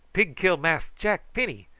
pig kill mass jack penny,